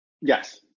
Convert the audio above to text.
Yes